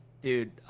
Dude